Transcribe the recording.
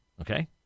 okay